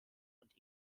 und